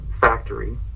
factory